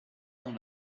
dans